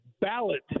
ballot